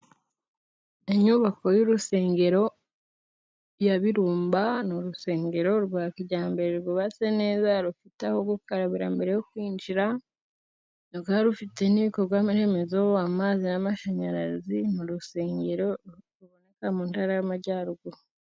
Inyubako y'urusengero ya Birumba ni urusengero rwa kijyambere rwubatse neza rufite aho gukarabira mbere yo kwinjira, rukaba rufite ibikorwa remezo amazi n'amashanyarazi mu rusengero ruboneka mu ntara y'Amajyaruguru.